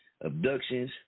abductions